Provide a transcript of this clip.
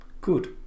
good